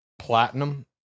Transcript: platinum